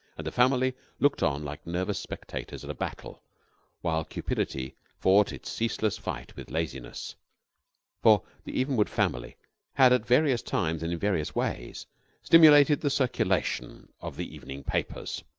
and the family looked on like nervous spectators at a battle while cupidity fought its ceaseless fight with laziness for the evenwood family had at various times and in various ways stimulated the circulation of the evening papers.